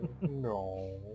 No